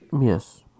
Yes